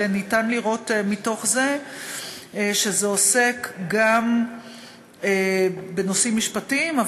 ואפשר לראות שעוסקים גם בנושאים משפטיים,